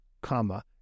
comma